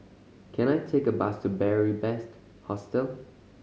can I take a bus to Beary Best Hostel